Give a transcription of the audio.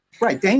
Right